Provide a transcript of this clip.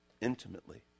intimately